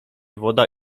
woda